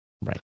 Right